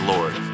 Lord